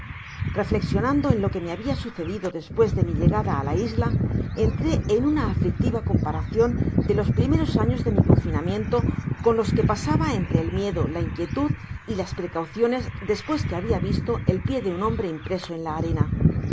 reflexionando en lo que me habia sucedido despues de mi llegada á la isla entré en uaa aflictiva comparacion de los primeros años de mi confinamiento con los que pasaba entre el miedo la inquietud y las precauciones despues que habia visto el pié de un hombre impreso en la arena los